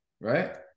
Right